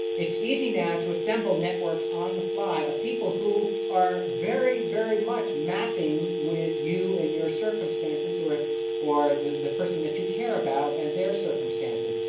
easy now to assemble networks on the fly of people who are very, very much mapping with you and your circumstances or or the the person that you care about and their circumstances.